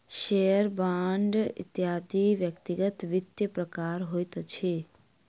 share, bond इत्यादि व्यक्तिगत वित्तक प्रकार होइत अछि